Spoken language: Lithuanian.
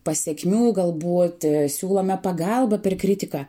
pasekmių galbūt siūlome pagalbą per kritiką